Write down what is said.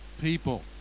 people